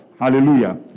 Hallelujah